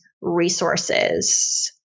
resources